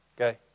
Okay